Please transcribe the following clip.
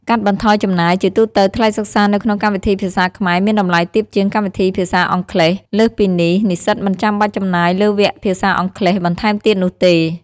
កាត់បន្ថយចំណាយ ជាទូទៅ ថ្លៃសិក្សានៅក្នុងកម្មវិធីភាសាខ្មែរមានតម្លៃទាបជាងកម្មវិធីភាសាអង់គ្លេស។ លើសពីនេះ និស្សិតមិនចាំបាច់ចំណាយលើវគ្គភាសាអង់គ្លេសបន្ថែមទៀតនោះទេ។